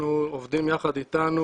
עובדים יחד איתנו,